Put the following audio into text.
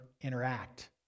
interact